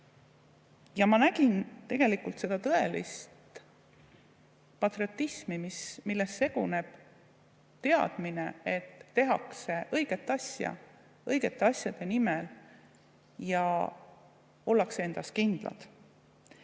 Ja ma nägin tegelikult seda tõelist patriotismi, milles seguneb teadmine, et tehakse õiget asja õigete asjade nimel, ja ollakse endas kindlad.